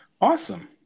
Awesome